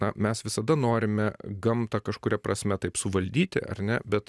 na mes visada norime gamtą kažkuria prasme taip suvaldyti ar ne bet